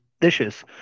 dishes